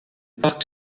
parc